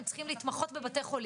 הם צריכים להתמחות בבתי חולים,